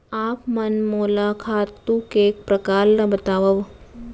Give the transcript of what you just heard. आप मन मोला खातू के प्रकार ल बतावव?